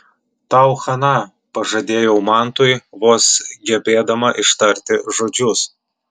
tau chana pažadėjau mantui vos gebėdama ištarti žodžius